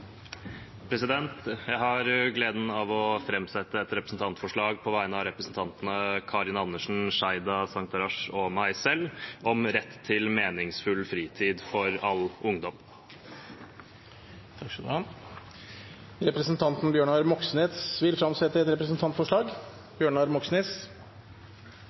på vegne av representantene Karin Andersen, Sheida Sangtarash og meg selv om rett til meningsfull fritid for all ungdom. Representanten Bjørnar Moxnes vil fremsette et